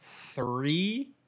three